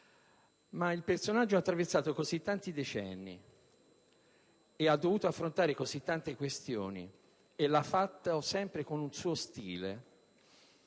ma il personaggio ha attraversato così tanti decenni e ha dovuto affrontare così tante questioni, facendolo sempre con un suo stile